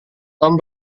tom